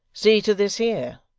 see to this here.